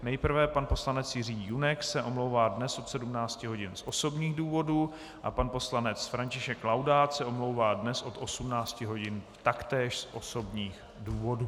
Nejprve pan poslanec Jiří Junek se omlouvá dnes od 17 hodin z osobních důvodů a pan poslanec František Laudát se omlouvá dnes od 18 hodin taktéž z osobních důvodů.